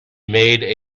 made